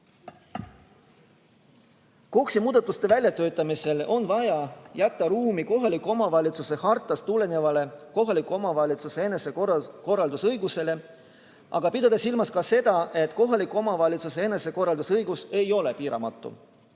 KOKS-i muudatuste väljatöötamisel on vaja jätta ruumi kohaliku omavalitsuse hartast tulenevale kohaliku omavalitsuse enesekorraldusõigusele, aga pidada silmas ka seda, et kohaliku omavalitsuse enesekorraldusõigus ei ole piiramatu.